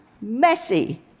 messy